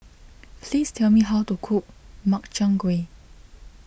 please tell me how to cook Makchang Gui